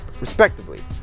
respectively